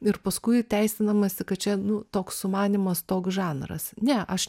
ir paskui teisinamasi kad čia nu toks sumanymas toks žanras ne aš